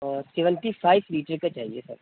اور seventy five litre کا چاہیے سر